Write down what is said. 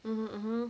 (uh huh)